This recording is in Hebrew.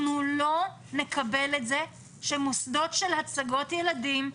אנחנו לא נקבל את זה שמוסדות של הצגות ילדים,